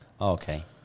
Okay